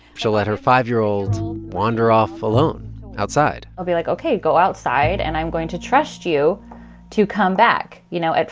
she'll let her five year old wander off alone outside i'll be like, ok, go outside, and i'm going to trust you to come back, you know,